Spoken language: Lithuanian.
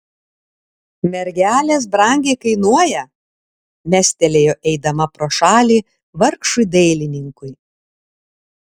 mergelės brangiai kainuoja mestelėjo eidama pro šalį vargšui dailininkui